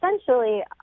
essentially